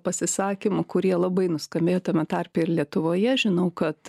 pasisakymų kurie labai nuskambėjo tame tarpe ir lietuvoje žinau kad